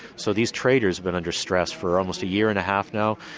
so these traders have been under stress for almost a year and a half now.